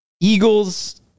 Eagles